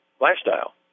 lifestyle